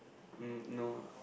mm no ah